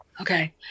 Okay